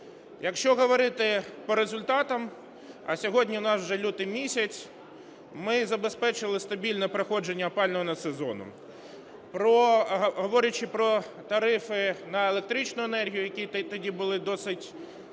Якщо говорити по результатам, а сьогодні у нас вже лютий місяць, ми забезпечили стабільне проходження опалювального сезону. Говорячи про тарифи на електричну енергію, які тоді були досить